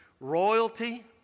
royalty